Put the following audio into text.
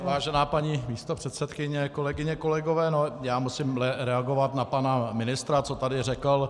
Vážená paní místopředsedkyně, kolegyně, kolegové, musím reagovat na pana ministra, co tady řekl.